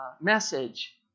message